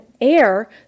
air